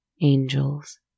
angels